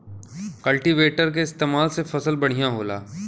cultivator के इस्तेमाल से फसल बढ़िया होला